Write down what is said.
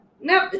no